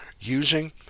using